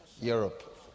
Europe